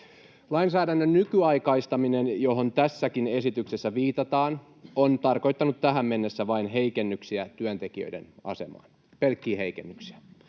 Lainsäädännön nykyaikaistaminen, johon tässäkin esityksessä viitataan, on tarkoittanut tähän mennessä vain heikennyksiä työntekijöiden asemaan, pelkkiä heikennyksiä.